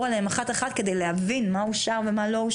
עליהן אחת-אחת כדי להבין מה אושר ומה לא אושר.